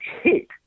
hit